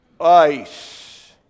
Ice